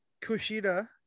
Kushida